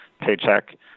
paycheck